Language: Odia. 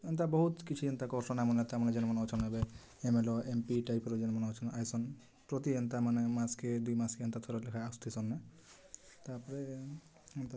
ଏନ୍ତା ବହୁତ୍ କିଛି ଏନ୍ତା କର୍ସନ୍ ଆମ ନେତାମାନେ ଯେନ୍ମାନେ ଅଛନ୍ ଏବେ ଏମ୍ ଏଲ୍ ଏ ଏମ୍ପି ଟାଇପ୍ର ଯେନ୍ମାନେ ଅଛନ୍ ଆଏସନ୍ ପ୍ରତି ମାସ୍କେ ଏନ୍ତାମାନେ ମାସ୍କେ ଦୁଇ ମାସ୍କେ ଏନ୍ତା ଥରେ ଥରେ ଆସ୍ତେ ସେନୁ ତା'ର୍ପରେ ଏନ୍ତା